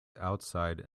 outside